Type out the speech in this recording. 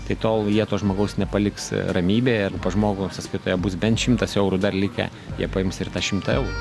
tai tol jie to žmogaus nepaliks ramybėje pas žmogų sąskaitoje bus bent šimtas eurų dar likę jie paims ir tą šimtą eurų